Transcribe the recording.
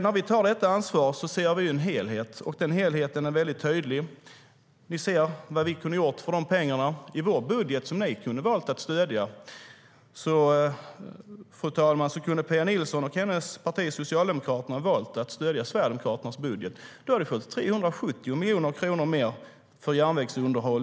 När vi tar detta ansvar ser vi en helhet, och den helheten är tydlig. Vi ser vad vi kunde ha gjort för de pengarna. Fru talman! Pia Nilsson och hennes parti Socialdemokraterna kunde ha valt att stödja Sverigedemokraternas budget. Då hade vi fått 370 miljoner kronor mer till järnvägsunderhåll.